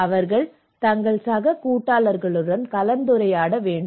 அவர்கள் தங்கள் சக கூட்டாளர்களுடன் கலந்துரையாட வேண்டும்